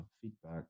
feedback